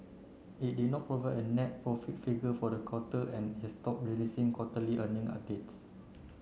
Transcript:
it did not provide a net profit figure for the quarter and has stop releasing quarterly earning updates